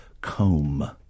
comb